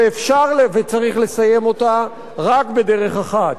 ואפשר וצריך לסיים אותה רק בדרך אחת,